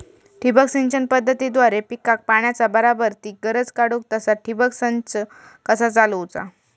ठिबक सिंचन पद्धतीद्वारे पिकाक पाण्याचा बराबर ती गरज काडूक तसा ठिबक संच कसा चालवुचा?